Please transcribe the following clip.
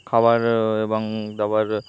খাবার এবং দাবার